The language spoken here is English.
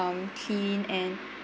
um clean and